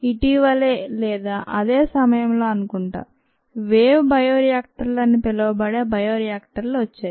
ఇటీవలే లేదా అదే సమయంలో అనుకుంటా వేవ్ బయోరియాక్టర్లు అని పిలువబడే బయో రియాక్టర్లు వచ్చాయి